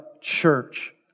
church